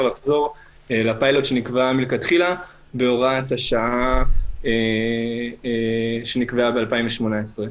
לחזור לפיילוט שנקבע מלכתחילה בהוראת השעה שנקבעה ב-2018.